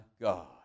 God